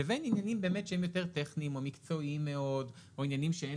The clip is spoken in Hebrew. לבין עניינים שהם יותר טכניים או מקצועיים מאוד או עניינים שאין